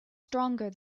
stronger